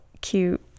cute